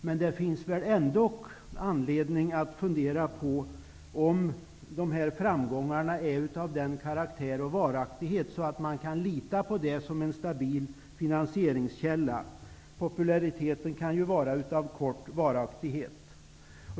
Men det finns ändock anledning att fundera på om dessa framgångar är av den karaktär och varaktighet att de kan betraktas som en stabil finansieringskälla. Populariteten kan ju vara av kort varaktighet.